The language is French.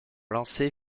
lancés